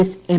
S M